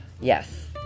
Yes